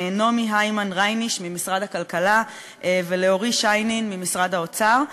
לנעמי הימיין-רייש ממשרד הכלכלה ולאורי שיינין ממשרד האוצר.